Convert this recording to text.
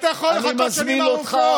אתה יכול לחכות שנים ארוכות.